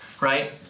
right